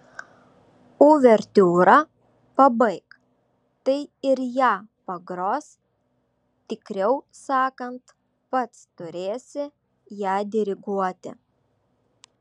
uvertiūrą pabaik tai ir ją pagros tikriau sakant pats turėsi ją diriguoti